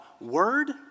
word